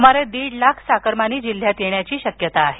सुमारे दीड लाख चाकरमानी जिल्ह्यात येण्याची शक्यता आहे